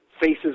faces